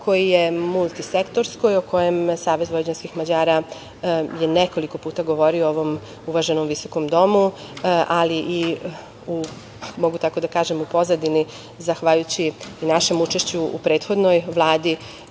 koje je multisektorsko i o kojem Savez vojvođanskih Mađara je nekoliko puta govorio u ovom uvaženom visokom Domu, ali i u, mogu tako da kažem u pozadini, zahvaljujući i našem učešću u prethodnoj Vladi.